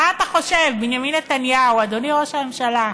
מה אתה חושב, בנימין נתניהו, אדוני ראש הממשלה,